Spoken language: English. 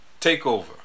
takeover